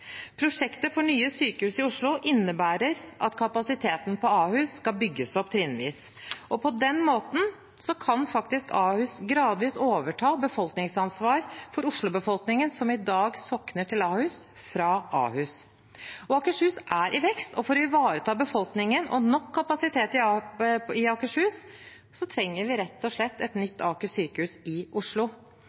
Prosjektet for nye sykehus i Oslo innebærer at kapasiteten på Ahus skal bygges opp trinnvis. På den måten kan faktisk Ahus gradvis overta befolkningsansvar for Oslo-befolkningen som i dag sokner til Ahus, fra Ahus. Akershus er i vekst, og for å ivareta befolkningen og nok kapasitet i Akershus trenger vi rett og slett et nytt Aker sykehus i Oslo.